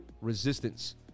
resistance